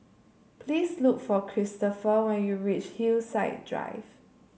please look for Kristopher when you reach Hillside Drive